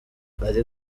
ari